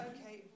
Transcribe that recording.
Okay